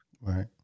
right